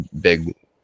big